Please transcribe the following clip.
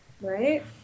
right